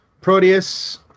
Proteus